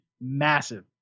massive